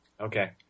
Okay